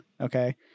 Okay